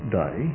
day